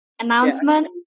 announcement